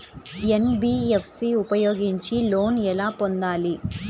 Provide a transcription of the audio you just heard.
NBFC ఉపయోగించి loan ఎలా పొందాలి?